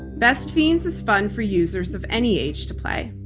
best fiends is fun for users of any age to play.